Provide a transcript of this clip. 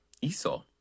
Esau